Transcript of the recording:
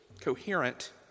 coherent